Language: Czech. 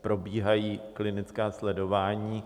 Probíhají klinická sledování.